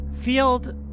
field